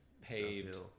paved